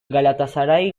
galatasaray